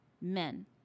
men